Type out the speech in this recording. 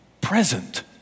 present